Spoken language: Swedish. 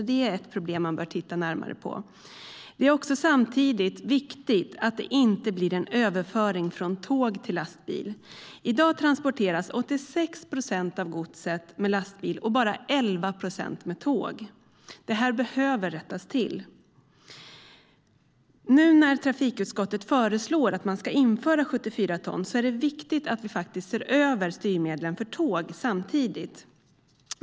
Det är ett problem som man bör titta närmare på. Det är samtidigt viktigt att det inte blir en överföring från tåg till lastbil. I dag transporteras 86 procent av godset med lastbil och bara 11 procent med tåg. Det behöver rättas till. Nu när Trafikutskottet föreslår att man ska införa 74 ton är det viktigt att vi samtidigt ser över styrmedlen för tåg.